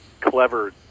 clever